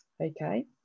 okay